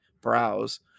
browse